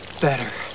better